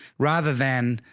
rather than,